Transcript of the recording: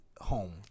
home